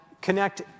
connect